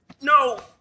No